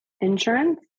insurance